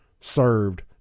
served